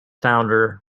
founder